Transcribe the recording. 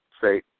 say